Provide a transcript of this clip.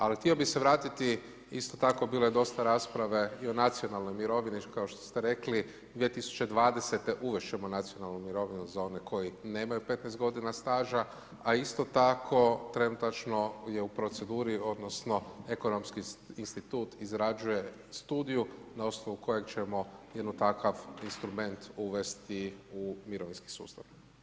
Ali htio bi se vratiti isto tako bilo je dosta rasprav3e o nacionalnoj mirovini, kao što ste rekli 2020. uvesti ćemo nacionalnu mirovinu za one koji nemaju 15 g. staža, a isto tako trenutačno je u proceduri, odnosno, ekonomski institut izrađuje studiju na osnovu kojeg ćemo jedno takav instrument uvesti u mirovinski sustav.